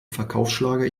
verkaufsschlager